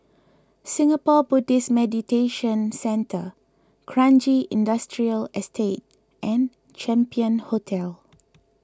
Singapore Buddhist Meditation Centre Kranji Industrial Estate and Champion Hotel